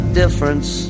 difference